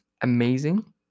amazing